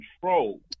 control